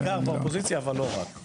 בעיקר באופוזיציה אבל לא רק.